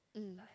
mm